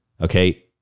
okay